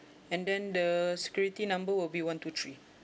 and then the security number will be one two three